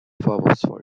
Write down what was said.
vorwurfsvoll